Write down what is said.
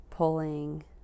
pulling